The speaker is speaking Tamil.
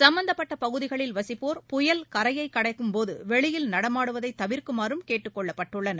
சம்பந்தப்பட்ட பகுதிகளில் வசிப்போர் புயல் கரையை கடைக்கும்போது வெளியில் நடமாடுவதை தவிர்க்குமாறும் கேட்டுக் கொள்ளப்பட்டுள்ளனர்